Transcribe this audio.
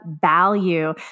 value